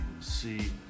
see